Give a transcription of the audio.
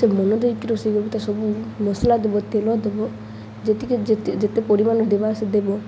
ସେ ମନ ଦେଇକି ରୋଷେଇ କର ତା ସବୁ ମସଲା ଦବ ତେଲ ଦବ ଯେତିକି ଯେତ ଯେତେ ପରିମାଣ ଦେବା ସେ ଦେବ